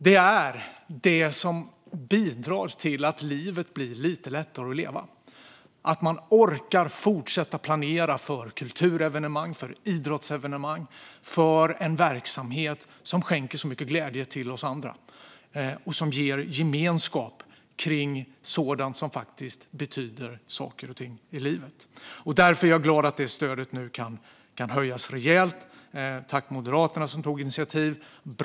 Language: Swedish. Det är det som bidrar till att livet blir lite lättare att leva, att man orkar fortsätta planera för kulturevenemang, för idrottsevenemang och för en verksamhet som skänker så mycket glädje till oss andra och som ger gemenskap kring sådant som faktiskt betyder saker och ting i livet. Därför är jag glad att det stödet nu kan höjas rejält. Tack till Moderaterna som tog initiativ till detta!